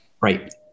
Right